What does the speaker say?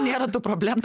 nėra tų problemų